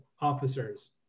officers